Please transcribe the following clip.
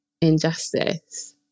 injustice